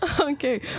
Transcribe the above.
Okay